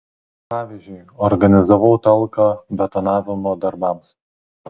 pavyzdžiui organizavau talką betonavimo darbams